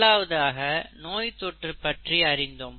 முதலாவதாக நோய்த்தொற்று பற்றி அறிந்தோம்